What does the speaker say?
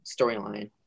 storyline